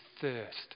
thirst